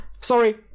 Sorry